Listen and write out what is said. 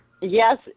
yes